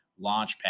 Launchpad